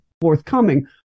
forthcoming